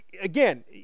again